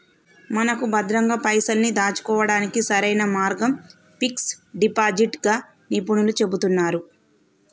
మనకు భద్రంగా పైసల్ని దాచుకోవడానికి సరైన మార్గం ఫిక్స్ డిపాజిట్ గా నిపుణులు చెబుతున్నారు